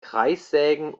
kreissägen